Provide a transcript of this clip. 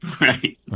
Right